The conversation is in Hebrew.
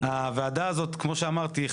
כמו שאמרתי,